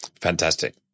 Fantastic